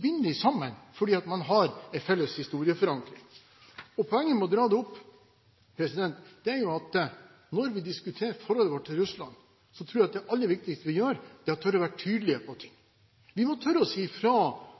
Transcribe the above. binder de sammen fordi man har en felles historieforankring. Poenget ved å dra dette opp er at når vi diskuterer forholdet vårt til Russland, tror jeg at det aller viktigste vi gjør, er å tørre å være tydelig på ting. Vi må tørre å si fra